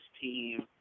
team